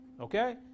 okay